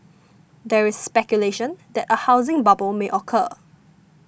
there is speculation that a housing bubble may occur